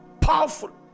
powerful